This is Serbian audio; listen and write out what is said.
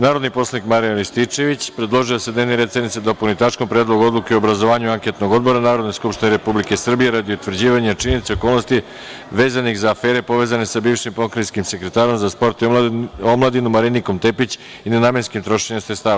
Narodni poslanik Marijan Rističević predložio je da se dnevni red sednice dopuni tačkom – Predlog odluke o obrazovanju anketnog odbora Narodne skupštine Republike Srbije radi utvrđivanja činjenica i okolnosti vezanih za afere povezane sa bivšim pokrajinskim sekretarom za sport i omladinu Marinikom Tepić i nenamenskim trošenjem sredstava.